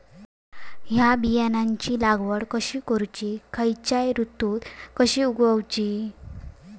हया बियाची लागवड कशी करूची खैयच्य ऋतुत कशी उगउची?